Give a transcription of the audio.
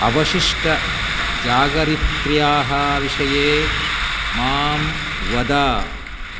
अवशिष्टजागरित्र्याः विषये मां वद